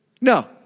No